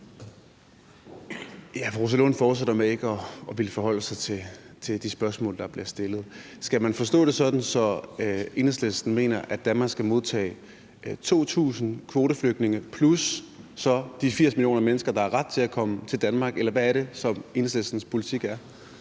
(S): Fru Rosa Lund fortsætter med ikke at ville forholde sig til de spørgsmål, der bliver stillet. Skal man forstå det sådan, at Enhedslisten mener, at Danmark skal modtage 2.000 kvoteflygtninge plus de 80 millioner mennesker, der har ret til at komme til Danmark? Eller hvad er det, Enhedslistens politik er?